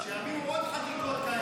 שיביאו עוד חקיקות כאלה.